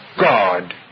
God